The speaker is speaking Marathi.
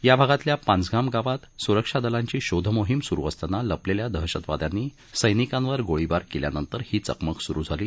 या भागातल्या पांझगाम गावात सुरक्षा दलांची शोध मोहिम सुरु असताना लपलेल्या दहशतवाद्यांनी सैनिकांवर गोळीबार केल्यानंतर ही चकमक सुरु झाली